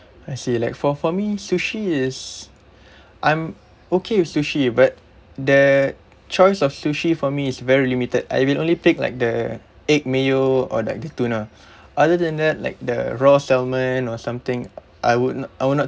I see like for for me sushi is I'm okay with sushi but the choice of sushi for me is very limited I will only take like the egg mayo or like the tuna other than that like the raw salmon or something I would no~ I will not